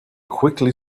quickly